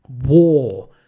war